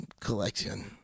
collection